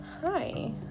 hi